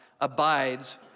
abides